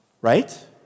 right